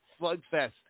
Slugfest